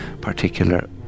particular